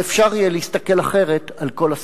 ואפשר יהיה להסתכל אחרת על כל הסכסוך.